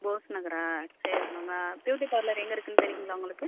போஸ் நகரா சரிங்க ma'am beauty parlour எங்கே இருக்கும்னு தெரியுங்களா உங்களுக்கு